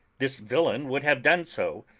this villain would have done so,